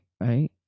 right